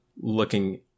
looking